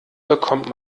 bekommt